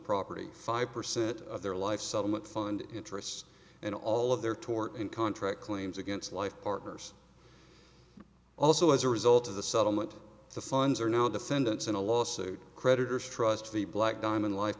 property five percent of their life settlement fund interests and all of their tort and contract claims against life partners also as a result of the settlement the funds are now defendants in a lawsuit creditors trusts the black diamond life